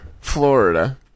Florida